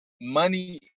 money